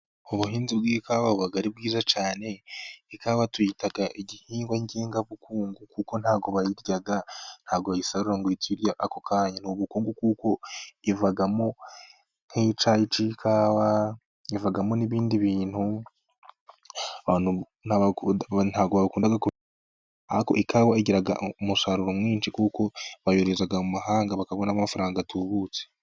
Ubuhinzi bw'ikawa buba ari bwiza cyane. Ikawa tuyita igihingwa ngengabukungu, kuko nta bwo bayirya, nta bwo bayisarura ngo uhite uyirya ako kanya. Ni ubukungu kuko ivamo nk'icyayi cy'ikawa, ivamo n'ibindi bintu bakunda. Ikawa igira umusaruro mwinshi kuko bayohereza mu mahanga, bakabona amafaranga. atubutse